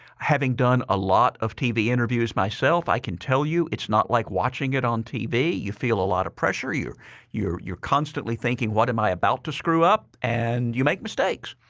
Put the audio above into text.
having done a lot of tv interviews myself, i can tell you it's not like watching it on tv. you feel a lot of pressure. you're you're constantly thinking, what am i about to screw up? and you make mistakes.